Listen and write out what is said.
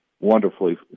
wonderfully